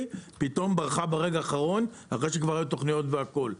ואז פתאום ברחה ברגע האחרון אחרי שכבר היו תוכניות והכל.